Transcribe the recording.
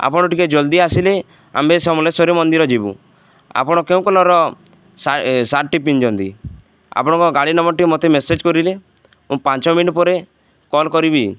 ଆପଣ ଟିକେ ଜଲ୍ଦି ଆସିଲେ ଆମ୍ଭେ ସମଲେଶ୍ୱରୀ ମନ୍ଦିର ଯିବୁ ଆପଣ କେଉଁ କଲର୍ର ସାର୍ଟଟି ପିନ୍ଧିଛନ୍ତି ଆପଣଙ୍କ ଗାଡ଼ି ନମ୍ବର ଟିକେ ମୋତେ ମେସେଜ୍ କରିଲେ ମୁଁ ପାଞ୍ଚ ମିନିଟ ପରେ କଲ୍ କରିବି